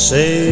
Say